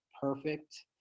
perfect